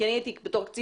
כי אני הייתי קצינה,